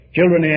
Children